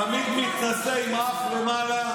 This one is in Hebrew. תמיד מתנשא, עם האף למעלה.